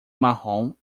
marrom